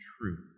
truth